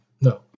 No